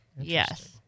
Yes